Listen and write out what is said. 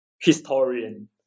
historian